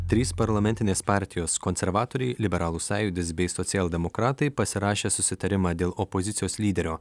trys parlamentinės partijos konservatoriai liberalų sąjūdis bei socialdemokratai pasirašė susitarimą dėl opozicijos lyderio